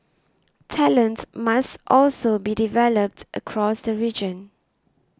talent must also be developed across the region